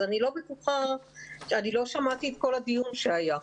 אני לא שמעתי את כל הדיון שהיה.